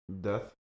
death